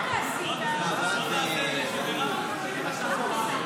אני הצבעתי נגד, ולא נקלט.